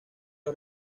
los